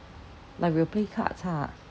like will play cards ah